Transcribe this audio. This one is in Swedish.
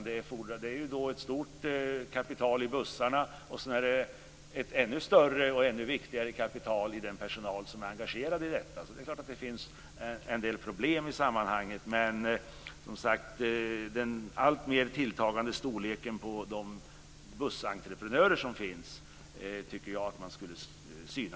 Det är ett stort kapital i bussarna, och sedan är det ett ännu större och ännu viktigare kapital i den personal som är engagerad i detta, så det är klart att det finns en del problem i sammanhanget. Men, som sagt, den alltmer tilltagande storleken på de bussentreprenörer som finns tycker jag att man skulle syna.